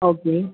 okay